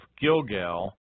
Gilgal